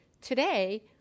today